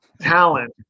talent